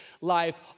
life